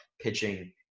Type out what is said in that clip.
pitching